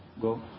Go